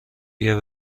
بیا